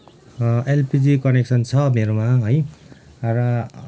LPG connection छ मेरोमा है र